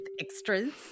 extras